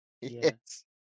Yes